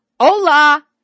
Hola